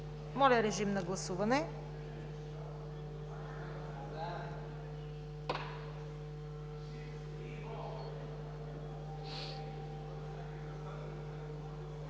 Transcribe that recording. Моля, режим на гласуване